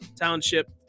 Township